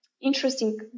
interesting